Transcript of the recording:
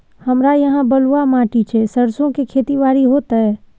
हमरा यहाँ बलूआ माटी छै सरसो के खेती बारी होते?